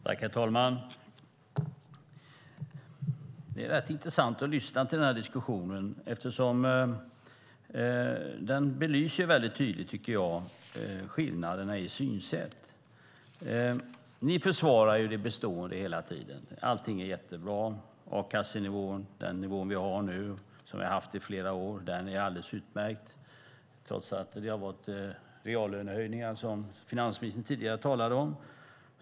Herr talman! Det är rätt intressant att lyssna till den här diskussionen. Jag tycker att den väldigt tydligt belyser skillnaderna i synsätt. Ni försvarar det bestående hela tiden. Allting är jättebra. Den nivå på a-kassan som vi har nu, och har haft i flera år, är alldeles utmärkt trots att det har varit reallönehöjningar, som finansministern tidigare talade om.